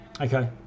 Okay